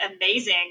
amazing